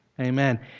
Amen